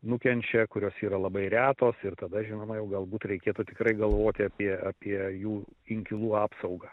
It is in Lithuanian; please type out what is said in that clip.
nukenčia kurios yra labai retos ir tada žinoma jau galbūt reikėtų tikrai galvoti apie apie jų inkilų apsaugą